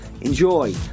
Enjoy